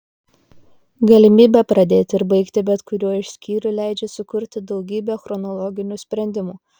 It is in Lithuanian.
galimybė pradėti ir baigti bet kuriuo iš skyrių leidžia sukurti daugybę chronologinių sprendimų